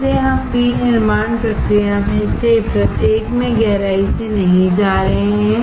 फिर से हम विनिर्माण प्रक्रिया में से प्रत्येक में गहराई से नहीं जा रहे हैं